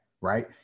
right